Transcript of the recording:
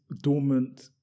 dormant